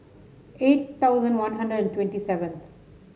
eight thousand One Hundred twenty seventh